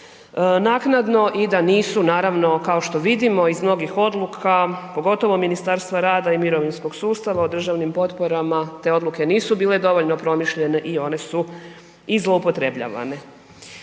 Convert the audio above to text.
naknadno i da nisu naravno kao što vidimo iz mnogih odluka, pogotovo Ministarstva rada i mirovinskog sustava o državnim potporama, te odluke nisu bile dovoljno promišljene i one su i zloupotrebljavane.